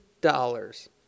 dollars